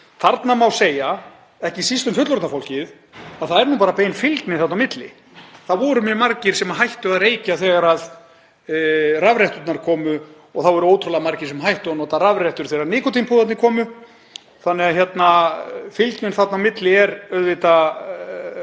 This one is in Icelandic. Þarna má segja, ekki síst um fullorðna fólkið, að það er nú bara bein fylgni þarna á milli. Það voru mjög margir sem hættu að reykja þegar rafretturnar komu og það voru ótrúlega margir sem hættu að nota rafrettur þegar nikótínpúðarnir komu, þannig að fylgnin þarna á milli er auðvitað